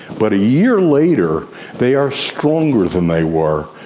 but a year later they are stronger than they were,